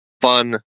fun